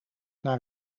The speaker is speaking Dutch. naar